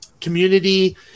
community